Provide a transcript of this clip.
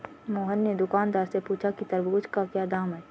मोहन ने दुकानदार से पूछा कि तरबूज़ का क्या दाम है?